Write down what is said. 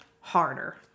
harder